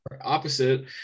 opposite